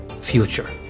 future